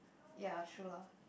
ya true lah